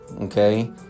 Okay